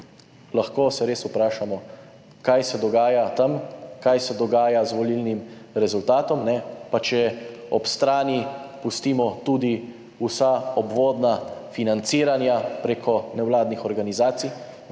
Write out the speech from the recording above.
Lahko se res vprašamo, kaj se dogaja tam, kaj se dogaja z volilnim rezultatom. Pa če ob strani pustimo tudi vsa obvodna financiranja preko nevladnih organizacij,